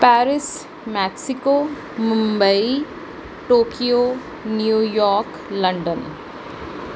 Paris Mexico Mumbai Tokyo New York London